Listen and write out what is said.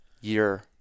year